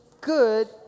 good